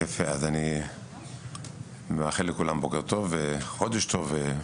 אז אני מאחל לכולם בוקר טוב, וחודש טוב.